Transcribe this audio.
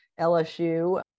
LSU